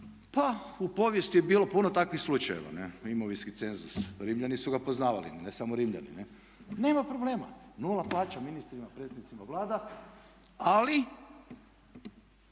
Pa u povijesti je bilo puno takvih slučajeva, imovinski cenzus, Rimljani su ga poznavali, ne samo Rimljani. Nema problema. Nula plaća ministrima, predsjednicima Vlada ali